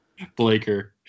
Blaker